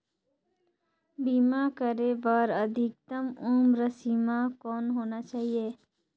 बीमा करे बर अधिकतम उम्र सीमा कौन होना चाही?